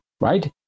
right